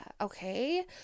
okay